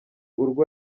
urwo